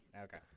Okay